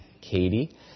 Katie